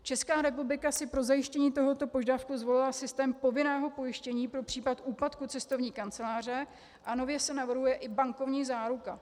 Česká republika si pro zajištění tohoto požadavku zvolila systém povinného pojištění pro případ úpadku cestovní kanceláře a nově se navrhuje i bankovní záruka.